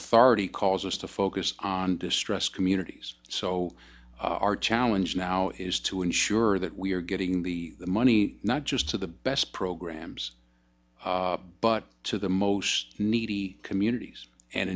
authority calls us to focus on distressed communities so our challenge now is to ensure that we are getting the money not just to the best programs but to the most needy communities and